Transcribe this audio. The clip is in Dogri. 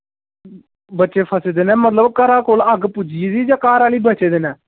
बच्चे फसे दे न ते मतलब घरा कोल अग्ग पुज्जी जां घर ऐल्ली बचे दे न